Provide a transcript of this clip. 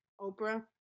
Oprah